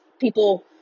people